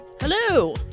Hello